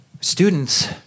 Students